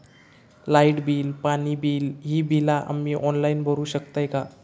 Light bill, पाणी bill, ही बिला आम्ही ऑनलाइन भरू शकतय का?